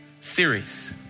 series